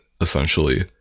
essentially